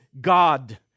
God